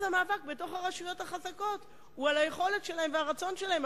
אז המאבק בתוך הרשויות החזקות הוא על היכולת שלהן והרצון שלהן,